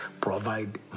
provide